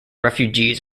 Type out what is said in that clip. refugees